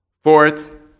Fourth